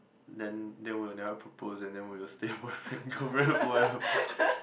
then then will never propose and then we will stay boyfriend girlfriend forever